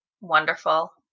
wonderful